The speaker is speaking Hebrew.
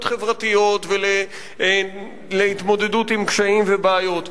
חברתיות ולהתמודדות עם קשיים ובעיות.